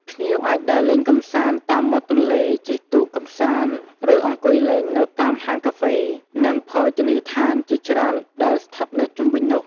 ភ្ញៀវអាចដើរលេងកម្សាន្តតាមមាត់ទន្លេ ជិះទូកកម្សាន្ត ឬអង្គុយលេងនៅតាមហាងកាហ្វេ និងភោជនីយដ្ឋានជាច្រើនដែលស្ថិតនៅជុំវិញនោះ។